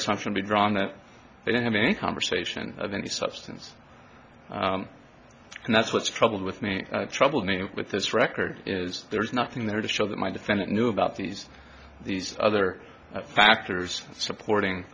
assumption being drawn that they don't have any conversation of any substance and that's what's troubled with me troubled me with this record is there is nothing there to show that my defendant knew about these these other factors supporting